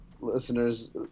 listeners